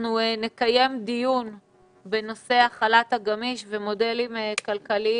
אנחנו נקיים דיון בנושא החל"ת הגמיש ומודלים כלכליים